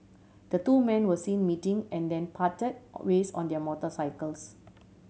the two men were seen meeting and then parted ways on their motorcycles